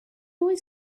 always